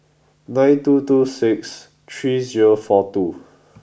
nine two two six three zero four two